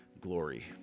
glory